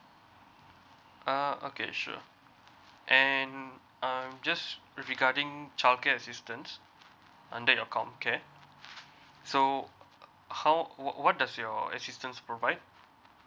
uh okay sure and um just regarding childcare assistance under your comcare so how what does your assistance provide